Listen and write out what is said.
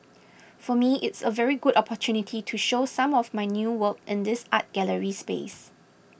for me it's a very good opportunity to show some of my new work in this art gallery space